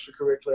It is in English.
extracurricular